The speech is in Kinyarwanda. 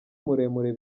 muremure